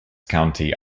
county